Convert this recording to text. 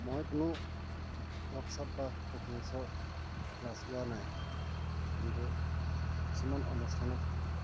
মই কোনো ৱৰ্কশ্বপ বা কুকিংছৰ ক্লাছ লোৱা নাই কিন্তু কিছুমান অনুষ্ঠানত